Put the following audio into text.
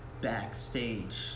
backstage